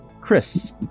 Chris